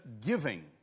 giving